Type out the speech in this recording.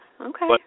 okay